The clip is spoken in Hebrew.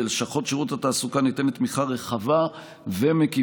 בלשכות שירות התעסוקה ניתנת תמיכה רחבה ומקיפה